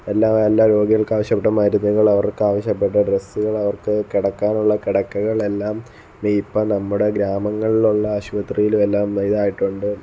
എല്ലാ എല്ലാ രോഗികള്ക്കും ആവശ്യപ്പെട്ട മരുന്നുകള് അവര്ക്ക് ആവശ്യപ്പെട്ട ഡ്രസ്സുകള് അവര്ക്ക് കിടക്കാന് ഉള്ള കിടക്കകള് എല്ലാം ഇപ്പോൾ നമ്മുടെ ഗ്രാമങ്ങളില് ഉള്ള ആശുപത്രികളില് എല്ലാം ഇതായിട്ടുണ്ട്